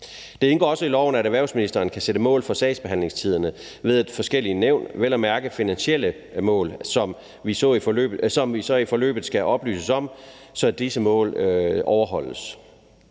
Det indgår også i loven, at erhvervsministeren kan sætte mål for sagsbehandlingstiderne – vel at mærke finansielle mål, som vi i forløbet skal oplyses om, så disse mål overholdes.